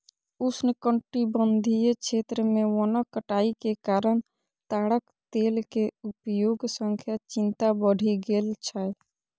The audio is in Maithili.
उष्णकटिबंधीय क्षेत्र मे वनक कटाइ के कारण ताड़क तेल के उपयोग सं चिंता बढ़ि गेल छै